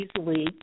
easily